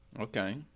Okay